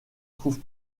trouve